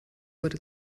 wurde